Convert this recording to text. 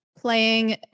playing